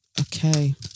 Okay